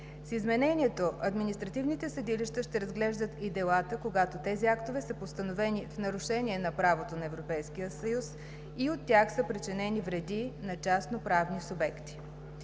С изменението административните съдилища ще разглеждат и делата, когато тези актове са постановени в нарушение на правото на Европейския съюз и от тях са причинени вреди на частноправните субекти.